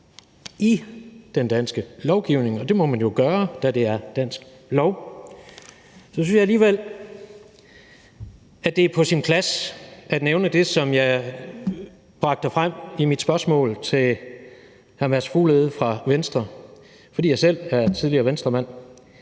i den danske lovgivning – og det må man jo gøre, da det er dansk lov – synes jeg alligevel, at det er på sin plads at nævne det, som jeg bragte frem i mit spørgsmål til hr. Mads Fuglede fra Venstre, fordi jeg selv er tidligere Venstremand,